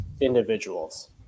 individuals